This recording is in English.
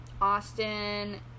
Austin